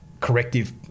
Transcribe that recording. corrective